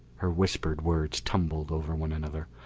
her whispered words tumbled over one another.